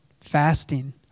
fasting